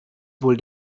der